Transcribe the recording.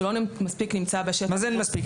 שלא נמצא מספיק בשטח --- מה זה "אין מספיק"?